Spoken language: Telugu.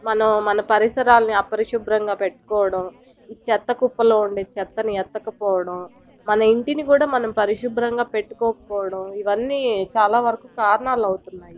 మనం మన పరిసరాలను అపరిశుభ్రంగా పెట్టుకోవడం చెత్తకుప్పలో ఉండే చెత్తని ఎత్తకపోవడం మన ఇంటిని కూడా మనం పరిశుభ్రంగా పెట్టుకోకపోవడం ఇవన్నీ చాలా వరకు కారణాలు అవుతున్నాయి